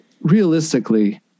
realistically